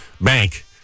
bank